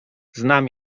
znam